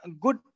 good